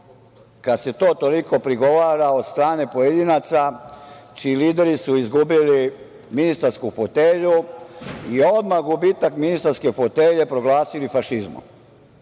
kada se to toliko prigovara od strane pojedinaca čiji lideri su izgubili ministarsku fotelju i odmah gubitak ministarske fotelje proglasili fašizmom,